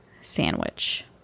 sandwich